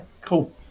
Cool